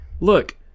look